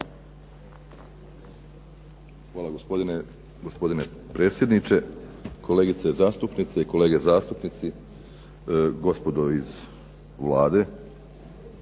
Hvala gospodine predsjedniče, kolegice zastupnice i kolege zastupnici, gospodo iz Vlade.